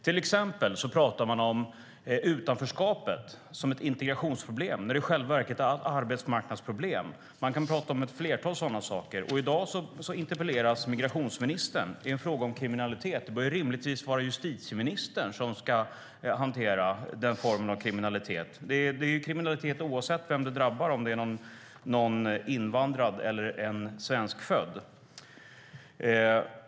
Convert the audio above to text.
Till exempel talar man om utanförskapet som ett integrationsproblem när det i själva verket är ett arbetsmarknadsproblem, och det finns flera sådana exempel. I dag interpelleras migrationsministern i en fråga om kriminalitet. Det bör rimligtvis vara justitieministern som ska hantera den frågan. Det är kriminalitet oavsett om det drabbar en invandrad eller en svenskfödd.